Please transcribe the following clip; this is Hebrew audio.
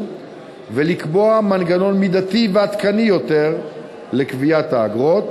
ולקבוע מנגנון מידתי ועדכני יותר לקביעת האגרות,